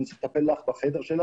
אני צריך לטפל בחדר שלך,